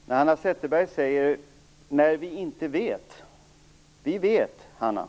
Herr talman! Hanna Zetterberg säger "när vi fortfarandet inte vet", men vi vet, Hanna.